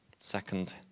second